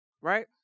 right